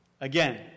Again